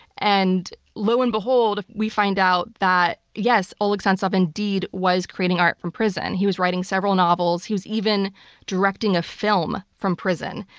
and lo and behold we find out that, yes oleg sentsov, indeed, was creating art from prison. he was writing several novels, he was even directing a film from prison.